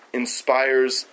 inspires